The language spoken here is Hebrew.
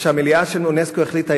מה שהמליאה של אונסק"ו החליטה,